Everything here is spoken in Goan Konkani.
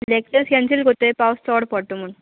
लेक्चर्स कॅन्सील कोत्ताय पावस चोड पोडटो म्हूण